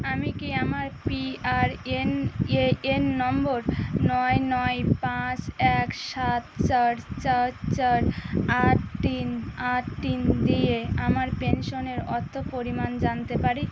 আমি কি আমার পিআরএন এএন নম্বর নয় নয় পাঁচ এক সাত চার চার চার আট তিন আট তিন দিয়ে আমার পেনশনের অর্থ পরিমাণ জানতে পারি